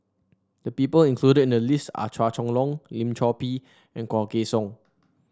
the people included in the list are Chua Chong Long Lim Chor Pee and Low Kway Song